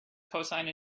cosine